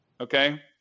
Okay